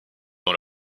dans